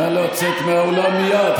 נא לצאת מהאולם מייד.